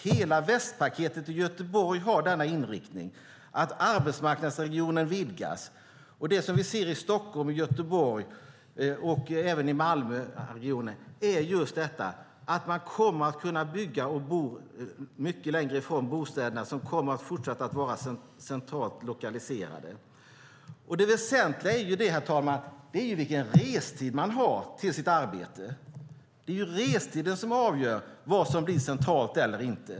Hela västpaketet i Göteborg har inriktningen att arbetsmarknadsregionen vidgas. Det vi ser i Stockholm, Göteborg och även i Malmöregionen är att man kommer att kunna bygga och bo mycket längre från arbetsplatserna som kommer att fortsätta vara centralt lokaliserade. Herr talman! Det väsentliga är vilken restid man har till sitt arbete. Det är restiden som avgör vad som blir centralt eller inte.